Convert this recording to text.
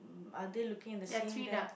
mm are they looking in the same da~